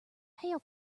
hail